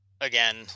again